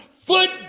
foot